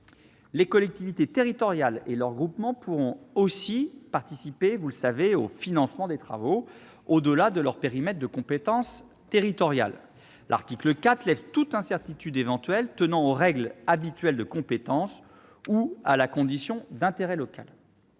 Les collectivités territoriales et leurs groupements pourront aussi participer au financement des travaux, au-delà de leur périmètre de compétence territoriale. L'article 4 lève toute incertitude éventuelle tenant aux règles habituelles de compétence ou à la condition d'intérêt local.